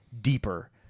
deeper